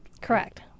Correct